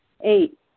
Eight